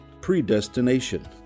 predestination